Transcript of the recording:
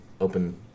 open